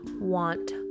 want